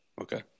Okay